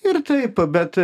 ir taip bet